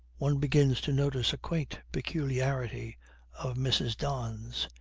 one begins to notice a quaint peculiarity of mrs. don's.